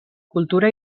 cultura